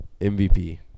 MVP